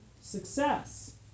success